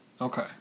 Okay